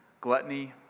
gluttony